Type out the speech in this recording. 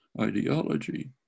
ideology